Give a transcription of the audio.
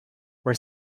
were